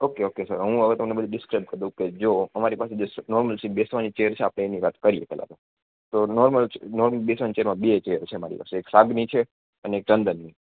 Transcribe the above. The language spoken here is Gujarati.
ઓકે ઓકે સર હું હવે તમને ડિસ્કાઈપ કરી દઉ કે જો અમારે પાસે નોર્મલ સીટ બેસવાની ચેર છે આપણે એની વાત કરીએ પહેલા તો તો નોર્મલ ચેર બેસવાની ચેરમાં બે ચેર છે મારી પાસે એક સાગની છે અને ચંદનની